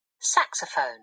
Saxophone